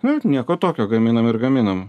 nu nieko tokio gaminam ir gaminam